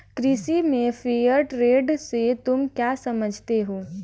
कृषि में fair trade से तुम क्या समझते हो?